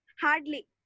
hardly